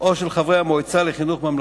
מקומיות בטלוויזיה) (תיקוני חקיקה)